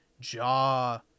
Jaw